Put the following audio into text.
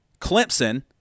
Clemson